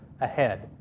ahead